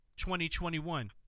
2021